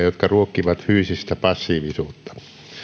jotka ruokkivat fyysistä passiivisuutta